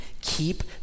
keep